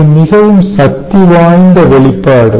இது மிகவும் சக்திவாய்ந்த வெளிப்பாடு